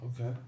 Okay